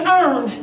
earn